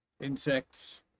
Insects